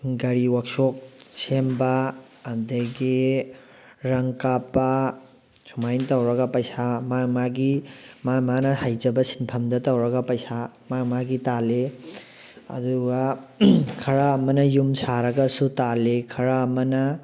ꯒꯥꯔꯤ ꯋꯥꯛꯁꯣꯞ ꯁꯦꯝꯕ ꯑꯗꯒꯤ ꯔꯪ ꯀꯥꯞꯄ ꯁꯨꯃꯥꯏꯅ ꯇꯧꯔꯒ ꯄꯩꯁꯥ ꯃꯥ ꯃꯥꯒꯤ ꯃꯥ ꯃꯥꯅ ꯍꯩꯖꯕ ꯁꯤꯟꯐꯝꯗ ꯇꯧꯔꯒ ꯄꯩꯁꯥ ꯃꯥ ꯃꯥꯒꯤ ꯇꯥꯜꯂꯤ ꯑꯗꯨꯒ ꯈꯔ ꯑꯃꯅ ꯌꯨꯝ ꯁꯥꯔꯒꯁꯨ ꯇꯥꯜꯂꯤ ꯈꯔ ꯑꯃꯅ